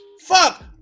Fuck